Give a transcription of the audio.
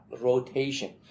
Rotation